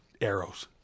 arrows